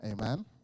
Amen